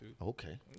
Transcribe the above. Okay